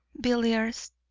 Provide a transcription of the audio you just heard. billiards